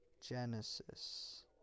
Genesis